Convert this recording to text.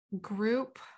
group